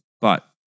But-